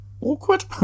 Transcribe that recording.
awkward